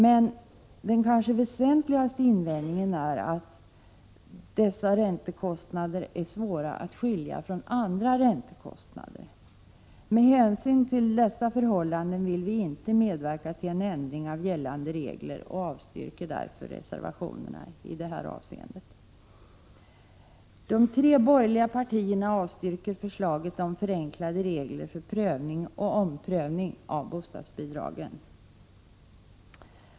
Men den kanske väsentligaste invändningen är att dessa räntekostnader är svåra att skilja från andra räntekostnader. Med hänsyn till dessa förhållanden vill vi inte medverka till en ändring av gällande regler. Vi avstyrker därför reservationerna i detta avseende. De tre borgerliga partierna avstyrker förslaget om förenklade regler för prövning och omprövning av bostadsbidragen.